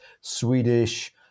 Swedish